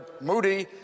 Moody